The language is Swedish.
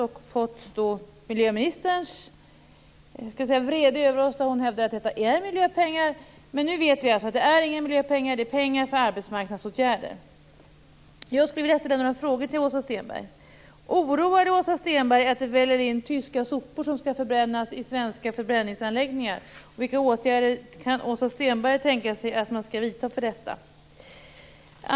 Vi har fått miljöministerns vrede över oss när hon har hävdat att det är miljöpengar, men nu vet vi alltså att det inte är det. Det är pengar till arbetsmarknadsåtgärder. Jag skulle vilja ställa några frågor till Åsa Stenberg. Oroar det Åsa Stenberg att det väller in tyska sopor som skall förbrännas i svenska förbränningsanläggningar? Vilka åtgärder kan hon tänka sig att man skall vidta när det gäller detta?